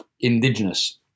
indigenous